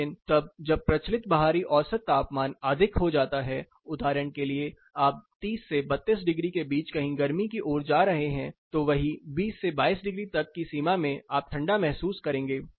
लेकिन तब जब प्रचलित बाहरी औसत तापमान अधिक हो जाता है उदाहरण के लिए आप 30 से 32 डिग्री के बीच कहीं गर्मी की ओर जा रहे हैं तो वही 20 से 22 डिग्री तक की सीमा में आप ठंडा महसूस करेंगे